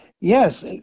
Yes